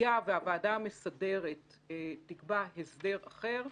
היה והוועדה המסדרת תקבע הסדר אחר,